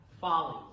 folly